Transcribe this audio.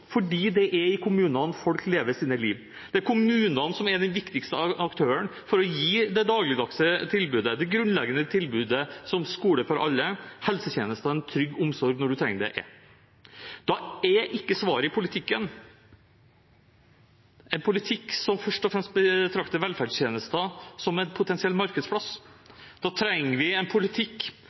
fordi det er i kommunene folk lever sine liv, det er kommunene som er den viktigste aktøren for å gi det dagligdagse tilbudet – det grunnleggende tilbudet som skole for alle, helsetjenester og trygg omsorg når en trenger det, er. Da er ikke svaret en politikk som først og fremst betrakter velferdstjenester som en potensiell markedsplass. Da trenger vi en politikk